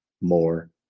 more